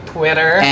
Twitter